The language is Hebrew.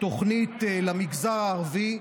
תוכנית למגזר הערבי,